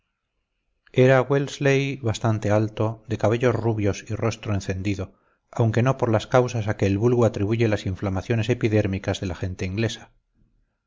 bastante alto de cabellos rubios y rostro encendido aunque no por las causas a que el vulgo atribuye las inflamaciones epidérmicas de la gente inglesa